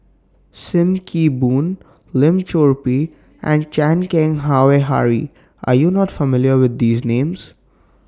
SIM Kee Boon Lim Chor Pee and Chan Keng Howe Harry Are YOU not familiar with These Names